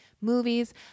movies